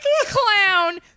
clown